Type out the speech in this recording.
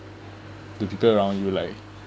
the people around you like